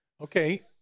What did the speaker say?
Okay